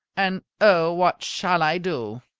and, oh, what shall i do?